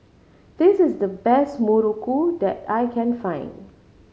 this is the best muruku that I can find